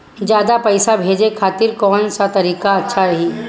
ज्यादा पईसा भेजे खातिर कौन सा तरीका अच्छा रही?